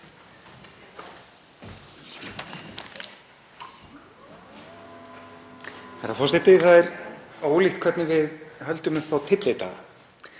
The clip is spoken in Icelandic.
Það er ólíkt hvernig við höldum upp á tyllidaga.